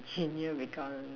dream you become